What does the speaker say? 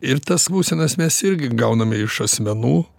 ir tas būsenas mes irgi gauname iš asmenų